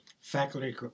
faculty